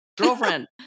girlfriend